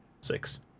six